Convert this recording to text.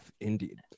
indeed